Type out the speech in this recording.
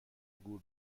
گور